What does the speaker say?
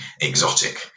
exotic